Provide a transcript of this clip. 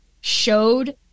showed